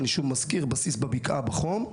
אני מזכיר שוב, בסיס בבקעה בחום.